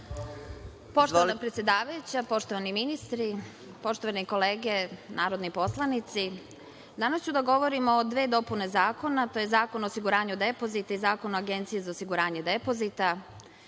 Poštovana predsedavajuća, poštovani ministri, poštovane kolege narodni poslanici, danas ću da govorim o dve dopune zakona – Zakon o osiguranju depozita i Zakon o Agenciji za osiguranje depozita,